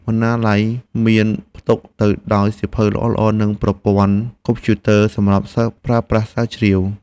បណ្ណាល័យមានផ្ទុកទៅដោយសៀវភៅល្អៗនិងប្រព័ន្ធកុំព្យូទ័រសម្រាប់សិស្សប្រើប្រាស់ស្រាវជ្រាវ។